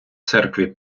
церкві